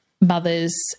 mother's